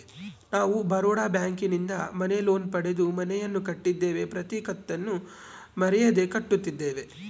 ನಾವು ಬರೋಡ ಬ್ಯಾಂಕಿನಿಂದ ಮನೆ ಲೋನ್ ಪಡೆದು ಮನೆಯನ್ನು ಕಟ್ಟಿದ್ದೇವೆ, ಪ್ರತಿ ಕತ್ತನ್ನು ಮರೆಯದೆ ಕಟ್ಟುತ್ತಿದ್ದೇವೆ